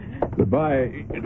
Goodbye